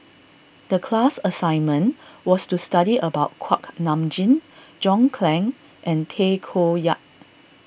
the class assignment was to study about Kuak Nam Jin John Clang and Tay Koh Yat